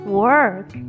work